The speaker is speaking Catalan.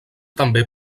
també